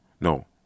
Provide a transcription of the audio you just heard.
no